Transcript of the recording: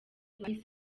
bahise